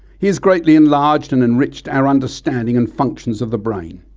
he has greatly enlarged and enriched our understanding and functions of the brain.